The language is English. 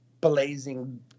blazing